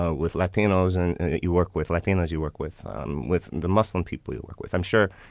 ah with latinos. and you work with latinos, you work with um with the muslim people you work with i'm sure,